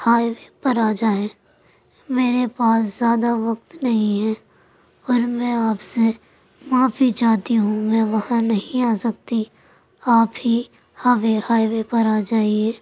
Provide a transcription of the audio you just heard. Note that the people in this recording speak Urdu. ہائی وے پر آ جائیں میرے پاس زیادہ وقت نہیں ہے اور میں آپ سے معافی چاہتی ہوں میں وہاں نہیں آ سکتی آپ ہی آپ ہی ہائی وے پر آ جائیے